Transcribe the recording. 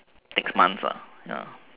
takes months ah ya